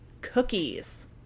Cookies